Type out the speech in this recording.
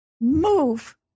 move